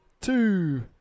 Two